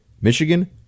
Michigan